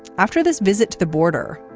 after this visit to the border.